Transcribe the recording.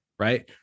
Right